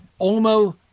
Olmo